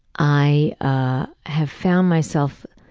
i have found myself,